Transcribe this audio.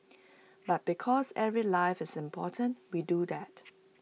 but because every life is important we do that